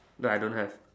ya I don't have